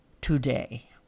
today